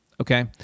okay